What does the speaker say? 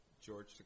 George